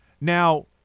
Now